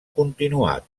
continuat